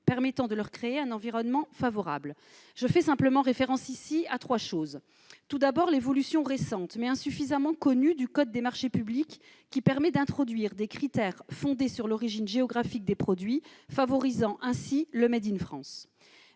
permettant de créer un environnement favorable. Je fais référence ici à l'évolution récente, mais insuffisamment connue, du code des marchés publics, qui permet d'introduire des critères fondés sur l'origine géographique des produits favorisant ainsi le, mais aussi